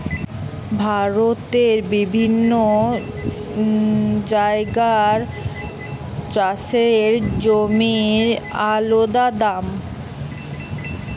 ভারতের বিভিন্ন জাগায় চাষের জমির আলদা দাম